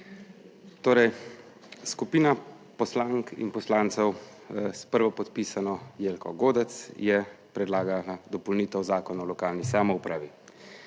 Torej skupina poslank in poslancev s prvopodpisano Jelko Godec je predlagala dopolnitev Zakona o lokalni samoupravi.